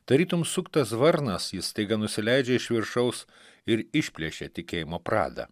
tarytum suktas varnas jis staiga nusileidžia iš viršaus ir išplėšia tikėjimo pradą